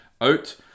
out